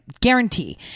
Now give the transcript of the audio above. Guarantee